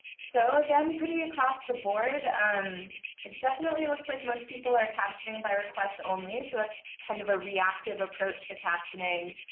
so again, pretty across the board. it um definitely looks like most people are captioning by request only, so that's kind of a reactive approach to captioning.